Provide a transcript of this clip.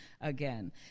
again